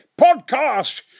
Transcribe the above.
Podcast